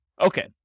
Okay